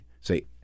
say